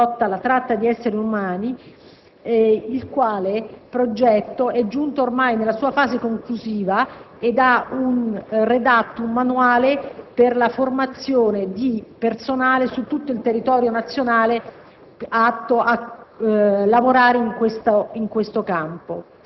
organizzazioni non governative e organizzazioni internazionali sulla lotta alla tratta di esseri umani», il quale progetto è giunto ormai alla sua fase conclusiva, con la redazione di un manuale per la formazione di personale su tutto il territorio nazionale